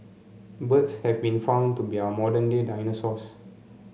birds have been found to be our modern day dinosaurs